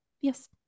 yes